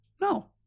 No